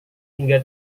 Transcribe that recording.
hingga